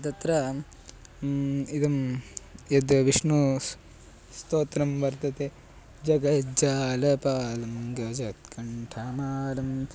तत्र इदं यद् विष्णुस्तोत्रं वर्तते जगज्जालपालं गजत्कण्ठमालम्